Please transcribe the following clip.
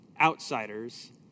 outsiders